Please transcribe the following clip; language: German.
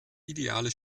ideale